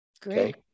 Great